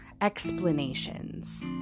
explanations